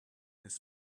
his